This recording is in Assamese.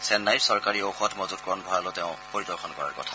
চেন্নাইৰ চৰকাৰী ঔষধ মজুতকৰণ ভঁৰালো তেওঁ পৰিদৰ্শন কৰাৰ কথা